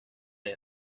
her